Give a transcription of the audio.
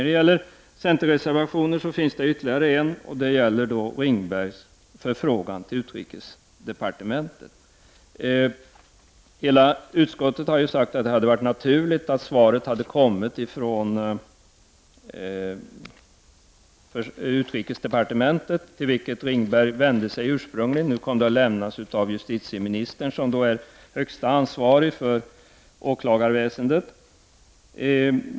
Det finns ytterligare en centerreservation, och den tar upp Ringbergs förfrågan till utrikesdepartementet. Hela utskottet har sagt att det hade varit naturligt att svaret hade kommit från utrikesdepartementet, till vilket Ringberg ursprungligen vände sig. Nu kom svaret att lämnas av justitieministern, som är högsta ansvarig för åklagarväsendet.